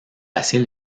assez